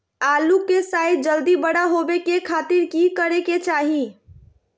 आलू के साइज जल्दी बड़ा होबे के खातिर की करे के चाही?